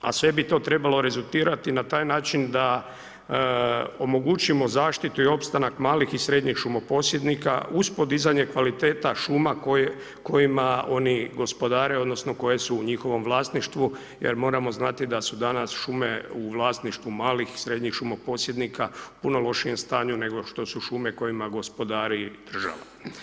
A sve bi to trebalo rezultirati na taj način da omogućimo zaštitu i opstanak malih i srednjih šumoposjednika uz podizanje kvaliteta šuma kojima oni gospodare odnosno koje su u njihovom vlasništvu jer moramo znati da su danas šume u vlasništvu malih, srednjih šumposjednika u puno lošijem stanju nego što su šume kojima gospodari država.